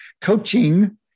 coaching